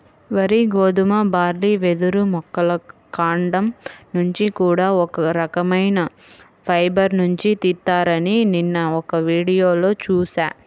వరి, గోధుమ, బార్లీ, వెదురు మొక్కల కాండం నుంచి కూడా ఒక రకవైన ఫైబర్ నుంచి తీత్తారని నిన్న ఒక వీడియోలో చూశా